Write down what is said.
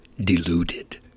deluded